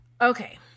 Okay